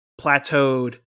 plateaued